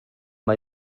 mae